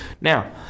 now